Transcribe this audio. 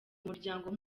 umuryango